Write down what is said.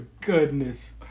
goodness